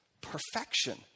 perfection